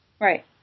Right